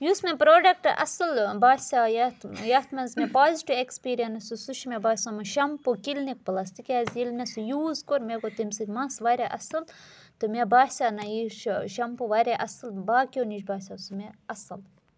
یُس مےٚ پروڈَکٹ اَصٕل باسیو یَتھ یَتھ منٛز مےٚ پازِٹِو اٮ۪کٕسپیٖریَنٕس سُہ چھُ مےٚ باسیومُت شَمپوٗ کِلنِک پٕلَس تِکیٛازِ ییٚلہِ مےٚ سُہ یوٗز کوٚر مےٚ گوٚو تَمہِ سۭتۍ مَس واریاہ اَصٕل تہٕ مےٚ باسیو نہ یہِ چھُ شَمپوٗ واریاہ اَصٕل باقیو نِش باسیو سُہ مےٚ اَصٕل